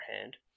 hand